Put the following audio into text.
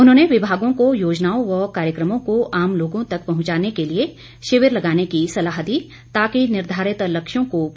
उन्होंने विभागों को योजनाओं व कार्यक्रमों आम लोगों तमक पहंचाने के लिए शिविर लगाने की सलाह दी ताकि निर्धारित लक्ष्यों को पूरा किया जा सके